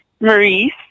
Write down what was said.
Maurice